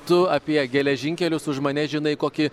tu apie geležinkelius už mane žinai kokį